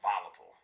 Volatile